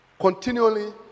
continually